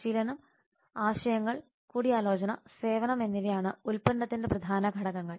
പരിശീലനങ്ങൾ ആശയങ്ങൾ കൂടിയാലോചന സേവനം എന്നിവയാണ് ഉൽപ്പന്നത്തിന്റെ പ്രധാന ഘടകങ്ങൾ